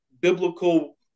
biblical